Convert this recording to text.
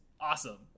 awesome